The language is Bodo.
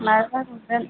मालाबा गुरगोन